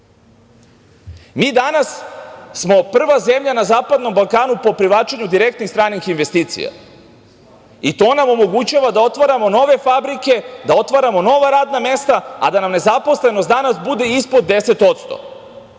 smo danas prva zemlja na Zapadnom Balkanu po privlačenju direktnih stranih investicija i to nam omogućava da otvaramo nove fabrike, da otvaramo nova radna mesta, a da nam nezaposlenost danas bude ispod 10%.Zbog